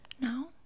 No